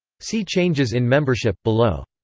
see changes in membership, below.